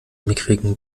mickrigen